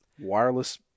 wireless